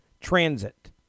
transit